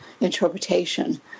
interpretation